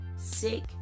sick